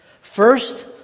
First